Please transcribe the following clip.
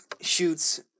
shoots